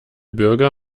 bürger